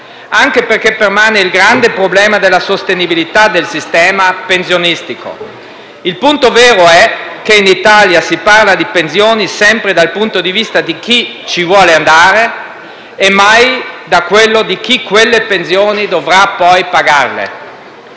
Permane infatti il grande problema della sostenibilità del sistema pensionistico. Il punto vero è che in Italia si parla di pensioni sempre dal punto di vista di chi ci vuole andare e mai da quello di chi quelle pensioni dovrà poi pagare.